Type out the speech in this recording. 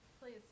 Please